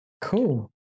Cool